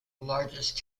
largest